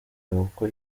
kuko